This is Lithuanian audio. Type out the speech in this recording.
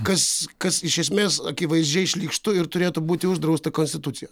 kas kas iš esmės akivaizdžiai šlykštu ir turėtų būti uždrausta konstitucijos